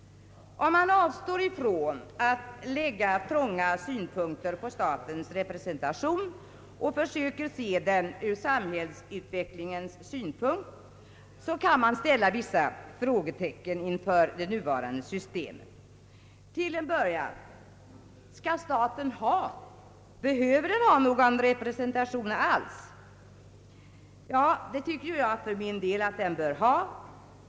Om man avstår från att anlägga trånga synpunkter på statens representation och försöker se den ur samhällsutvecklingens synpunkt, kan man sätta vissa frågetecken inför det nuvarande systemet. Till en början: Skall staten ha någon representation alls? Jo, det tycker jag att den bör ha.